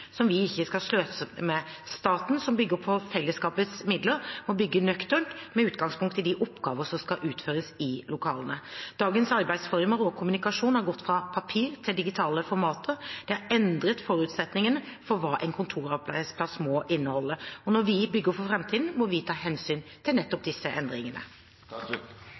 som vi ikke skal sløse med. Staten, som bygger for fellesskapets midler, må bygge nøkternt med utgangspunkt i de oppgaver som skal utføres i lokalene. Dagens arbeidsformer og kommunikasjon har gått fra papir til digitale formater. Det har endret forutsetningene for hva en kontorplass må inneholde. Når vi bygger for framtiden, må vi ta hensyn til nettopp disse endringene.